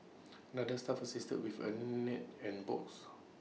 another staff assisted with A net and box